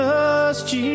Jesus